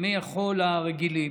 ימי החול הרגילים,